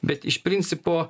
bet iš principo